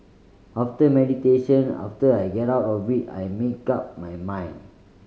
after meditation after I get out of it I make up my mind